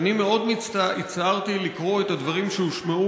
שאני מאוד הצטערתי לקרוא את הדברים שהושמעו